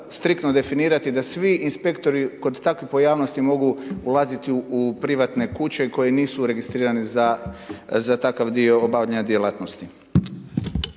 striktno definirati da svi inspektori kod takvih pojavnosti mogu ulaziti u privatne kuće koje nisu registrirani za takav dio obavljanja djelatnosti.